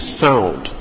sound